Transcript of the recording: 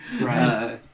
Right